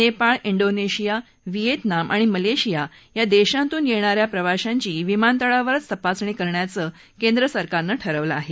Nepal Indonesia Vietnam आणि Malaysia या देशातून येणाऱ्या प्रवाशांची विमानतळावरच तपासणी करण्याचंही केंद्र सरकारनं ठरवलं आहे